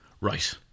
right